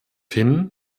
hin